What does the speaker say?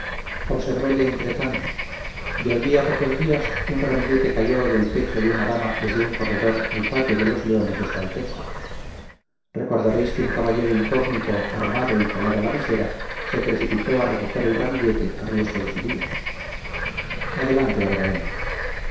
claramente observéle entretanto de allí a pocos días un ramillete cayó del pecho de una dama desde un corredor al patio de los leones de su alteza recordaréis que un caballero incógnito armado y calada la visera se precipitó a recoger el ramillete a riesgo de su vida adelante abrahem